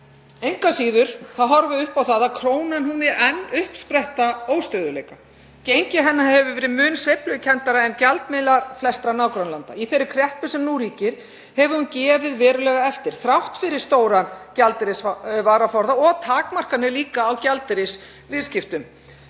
Engu að síður horfum við upp á að krónan mun enn verða uppspretta óstöðugleika. Gengi hennar hefur verið mun sveiflukenndara en gjaldmiðlar flestra nágrannalanda. Í þeirri kreppu sem nú ríkir hefur hún gefið verulega eftir, þrátt fyrir mjög stóran gjaldeyrisvaraforða og takmarkanir á gjaldeyrisviðskiptum